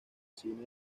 cine